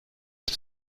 des